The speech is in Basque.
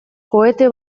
kohete